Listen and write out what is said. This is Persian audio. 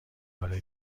برای